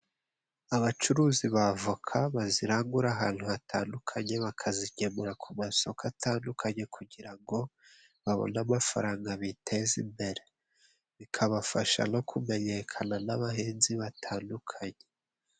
Abacuruzi b'avoka bazirangura ahantu hatandukanye, bakazigemura ku masoko atandukanye, kugira ngo babone amafaranga biteza imbere, bikabafasha no kumenyekana n'abahinzi batandukanye.